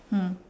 hmm